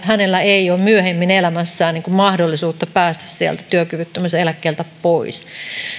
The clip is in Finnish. hänellä ei ole myöhemmin elämässään mahdollisuutta päästä sieltä työkyvyttömyyseläkkeeltä pois